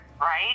right